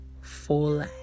full